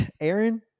Aaron